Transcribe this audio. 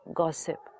gossip